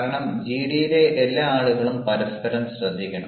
കാരണം ജിഡിയിലെ എല്ലാ ആളുകളും പരസ്പരം ശ്രദ്ധിക്കണം